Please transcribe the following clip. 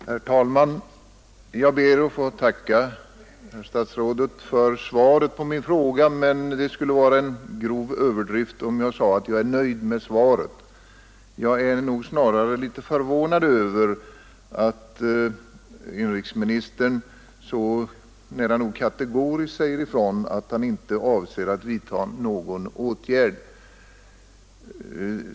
Herr talman! Jag ber att få tacka statsrådet för svaret på min fråga, men det skulle vara en grov överdrift om jag sade att jag var nöjd med det. Jag är snarare något förvånad över att inrikesministern så nära nog kategoriskt säger ifrån att han inte avser att vidta någon åtgärd.